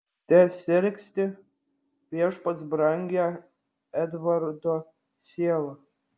tesergsti viešpats brangią edvardo sielą